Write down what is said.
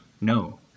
No